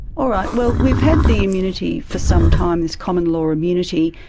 all right, well, we've had the immunity for some time, this common law immunity,